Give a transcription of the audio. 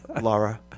Laura